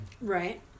Right